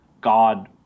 God